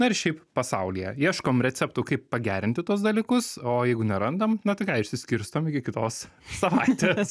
na ir šiaip pasaulyje ieškom receptų kaip pagerinti tuos dalykus o jeigu nerandam na tai ką išsiskirstom iki kitos savaitės